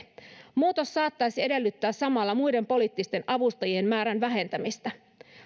muutos saattaisi edellyttää samalla muiden poliittisten avustajien määrän vähentämistä